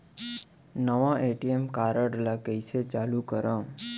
नवा ATM card ल कइसे चालू करव?